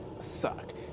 suck